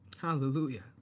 Hallelujah